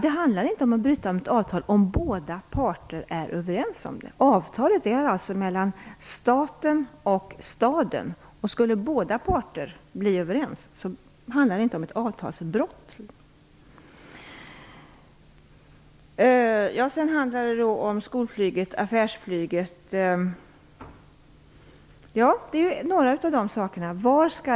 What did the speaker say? Det handlar inte om att bryta ett avtal om båda parter är överens om det. Avtalet är mellan staten och staden, och skulle båda parter bli överens så handlar det inte om ett avtalsbrott. Sedan gällde det skolflyget och affärsflyget. Det är några av de saker som skall lösas.